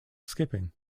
skipping